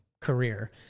career